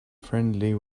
friendly